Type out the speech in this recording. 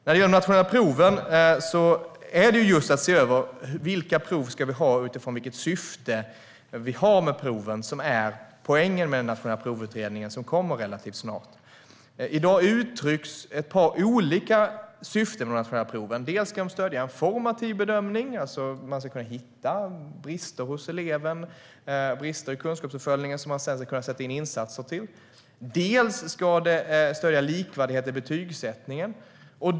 När det gäller de nationella proven är poängen med den utredning om nationella prov som kommer relativt snart just att se över vilka prov vi ska ha utifrån vilket syfte vi har med proven. I dag uttrycks ett par olika syften med de nationella proven. Dels ska de stödja en formativ bedömning, det vill säga att man ska kunna hitta brister hos eleven och brister i kunskapsuppföljningen som man sedan vill kunna sätta in insatser mot. Dels ska de stödja likvärdighet i betygsättningen.